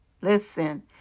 listen